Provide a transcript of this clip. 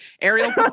Ariel